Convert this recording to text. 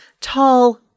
tall